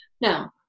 Now